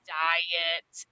diet